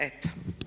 Eto.